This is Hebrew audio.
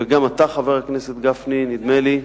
וגם אתה, חבר הכנסת גפני, נדמה לי,